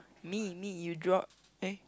me me you drop eh